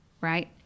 Right